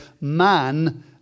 man